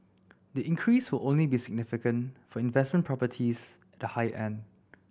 the increase will only be significant for investment properties the high end